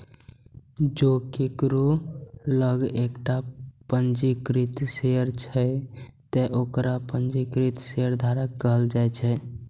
जों केकरो लग एकटा पंजीकृत शेयर छै, ते ओकरा पंजीकृत शेयरधारक कहल जेतै